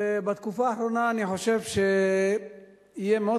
ובתקופה האחרונה אני חושב שיהיה מאוד